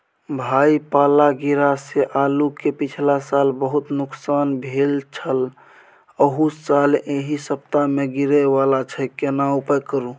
भाई पाला गिरा से आलू के पिछला साल बहुत नुकसान भेल छल अहू साल एहि सप्ताह में गिरे वाला छैय केना उपाय करू?